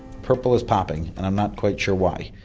purple is popping and i'm not quite sure why.